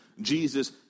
Jesus